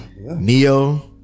Neo